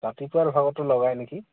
ৰাতিপুৱাৰ ভাগতো লগাই নেকি